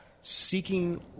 Seeking